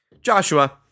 Joshua